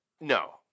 No